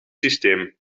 systeem